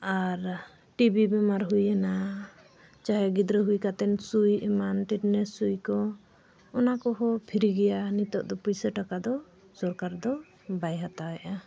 ᱟᱨ TB ᱵᱮᱢᱟᱨ ᱦᱩᱭᱮᱱᱟ ᱪᱟᱦᱮ ᱜᱤᱫᱽᱨᱟᱹ ᱦᱩᱭ ᱠᱟᱛᱮᱫ ᱥᱩᱭ ᱮᱢᱟᱱ ᱴᱤᱴᱮᱱᱟᱥ ᱥᱩᱭ ᱠᱚ ᱚᱱᱟ ᱠᱚᱦᱚᱸ ᱯᱷᱨᱤ ᱜᱮᱭᱟ ᱱᱤᱛᱳᱜ ᱫᱚ ᱯᱚᱭᱥᱟ ᱴᱟᱠᱟ ᱫᱚ ᱥᱚᱨᱠᱟᱨ ᱫᱚ ᱵᱟᱭ ᱦᱟᱛᱟᱣᱮᱜᱼᱟ